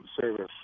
Service